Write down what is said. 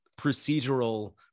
procedural